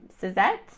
Suzette